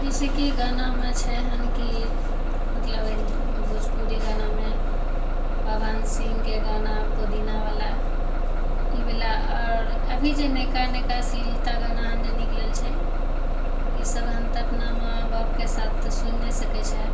जइसेकि गानामे छै हँ कि मतलब भोजपुरी गानामे पवन सिंहके गाना पुदीनावला ईवला आओर अभी जे नएका नएका अश्लीलता गाना हँ से निकलल छै ईसब तऽ हम अपना माँ बापके साथ सुनि नहि सकै छै